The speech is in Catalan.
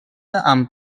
amb